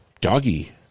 Doggy